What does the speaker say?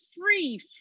free